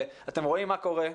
אתם רואים מה קורה.